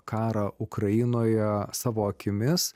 karą ukrainoje savo akimis